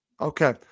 Okay